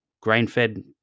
grain-fed